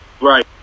Right